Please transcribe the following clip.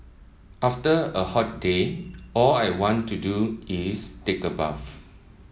after a hot day all I want to do is take a bath